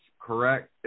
correct